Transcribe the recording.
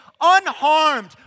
unharmed